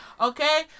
Okay